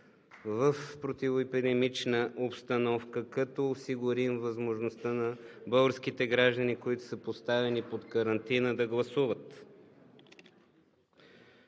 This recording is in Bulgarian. в противоепидемична обстановка, като осигурим възможността на българските граждани, поставени под карантина, да гласуват.